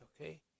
Okay